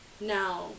Now